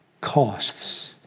costs